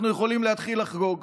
אנחנו יכולים להתחיל לחגוג.